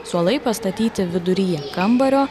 suolai pastatyti viduryje kambario